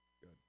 Good